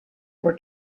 for